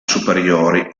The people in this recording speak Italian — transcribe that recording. superiori